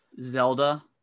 Zelda